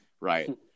right